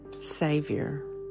Savior